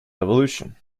evolution